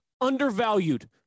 Undervalued